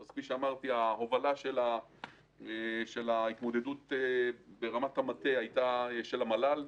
ההובלה של ההתמודדות ברמת המטה הייתה של המל"ל,